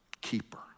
keeper